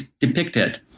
depicted